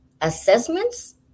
assessments